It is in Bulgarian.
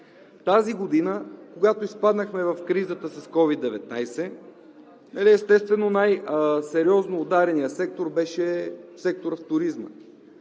Тази година, когато изпаднахме в кризата с COVID-19, естествено, най-сериозно удареният сектор беше секторът в туризма.